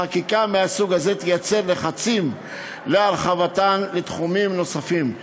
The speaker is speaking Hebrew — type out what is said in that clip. חקיקה מהסוג הזה תייצר לחצים להרחבתן לתחומים נוספים.